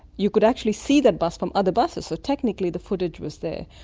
you could actually see that bus from other buses, so technically the footage was there.